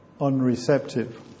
unreceptive